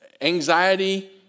anxiety